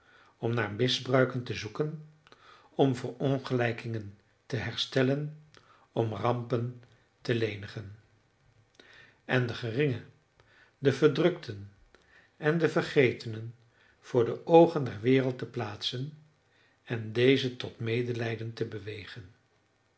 om naar misbruiken te zoeken om verongelijkingen te herstellen om rampen te lenigen en de geringen de verdrukten en de vergetenen voor de oogen der wereld te plaatsen en deze tot medelijden te bewegen